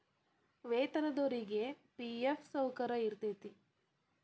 ವೇತನದೊರಿಗಿ ಫಿ.ಎಫ್ ಸೌಕರ್ಯ ಇರತೈತಿ